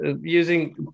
using